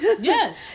Yes